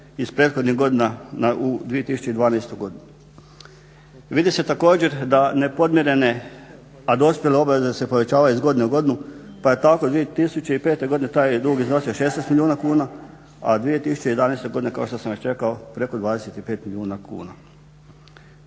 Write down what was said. iz prethodnih godina na 2012.godinu. Vidi se također da nepodmirene, a dospjele obaveze se povećavaju iz godine u godinu pa je tako 2005.godine taj dug iznosio 16 milijuna kuna, a 2011.godine kao što sam već rekao preko 25 milijuna kuna.